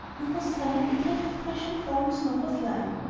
on whose summit a drift of freshly-fallen snow was lying.